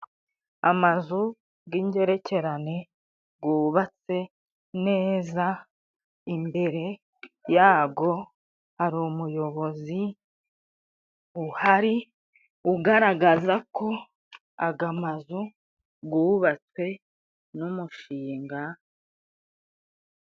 Amazu g'ingerekerane gubatse neza, imbere ya go hari umuyobozi uhari, ugaragaza ko, aga mazu gubatswe n'umushinga.